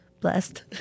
blessed